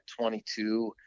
22